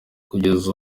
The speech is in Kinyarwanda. kugeza